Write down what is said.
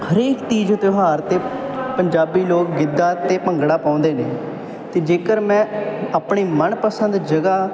ਹਰੇਕ ਤੀਜ਼ ਤਿਉਹਾਰ 'ਤੇ ਪੰਜਾਬੀ ਲੋਕ ਗਿੱਧਾ ਅਤੇ ਭੰਗੜਾ ਪਾਉਂਦੇ ਨੇ ਅਤੇ ਜੇਕਰ ਮੈਂ ਆਪਣੇ ਮਨਪਸੰਦ ਜਗ੍ਹਾ